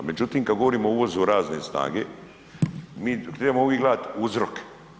Međutim, kad govorimo o uvozu radne snage, mi trebamo uvijek gledati uzrok.